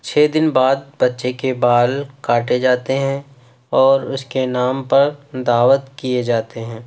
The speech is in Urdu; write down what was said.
چھ دن بعد بچّے کے بال کاٹے جاتے ہیں اور اس کے نام پر دعوت کیئے جاتے ہیں